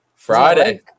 Friday